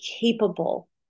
capable